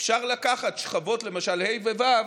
אפשר לקחת שכבות, למשל ה'-ו',